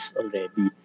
already